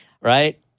right